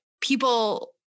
people